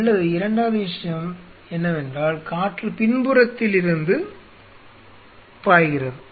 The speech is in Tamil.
அல்லது இரண்டாவது விஷயம் என்னவென்றால் காற்று பின்புறத்திலிருந்து பாய்கிறது